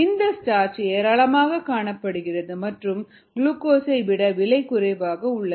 இந்த ஸ்டார்ச் ஏராளமாகக் காணப்படுகிறது மற்றும் குளுக்கோஸை விட விலை குறைவாக உள்ளது